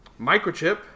Microchip